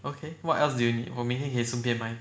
okay what else do you need 我明天可以顺便买